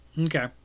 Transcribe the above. Okay